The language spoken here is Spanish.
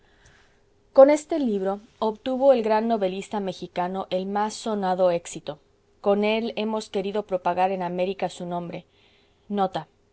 con este libro obtuvo el gran novelista mexicano el más sonado éxito con él hemos querido propagar en américa su nombre en